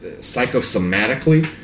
psychosomatically